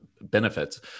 benefits